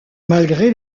malgré